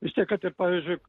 vis tiek kad ir pavyzdžiui